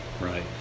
Right